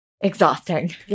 exhausting